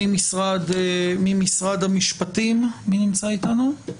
ממשרד המשפטים, מי נמצא איתנו?